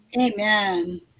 Amen